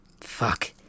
fuck